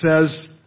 says